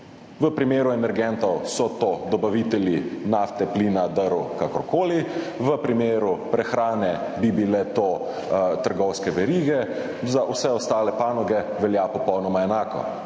V primeru energentov so to dobavitelji nafte, plina, drv, kakorkoli. V primeru prehrane bi bile to trgovske verige. Za vse ostale panoge velja popolnoma enako.